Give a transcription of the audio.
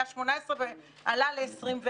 היה 18 ועלה ל-24,